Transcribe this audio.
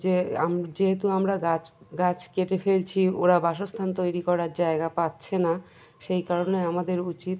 যে যেহেতু আমরা গাছ গাছ কেটে ফেলছি ওরা বাসস্থান তৈরি করার জায়গা পাচ্ছে না সেই কারণে আমাদের উচিত